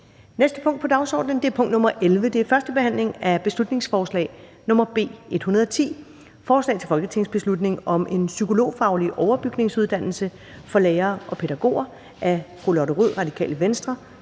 næste punkt på dagsordenen er: 11) 1. behandling af beslutningsforslag nr. B 110: Forslag til folketingsbeslutning om en psykologfaglig overbygningsuddannelse for lærere og pædagoger. Af Lotte Rod (RV), Ellen